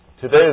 Today